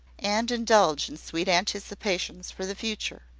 and indulge in sweet anticipations for the future.